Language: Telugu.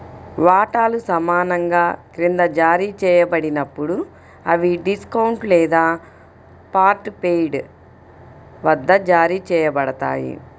వాటాలు సమానంగా క్రింద జారీ చేయబడినప్పుడు, అవి డిస్కౌంట్ లేదా పార్ట్ పెయిడ్ వద్ద జారీ చేయబడతాయి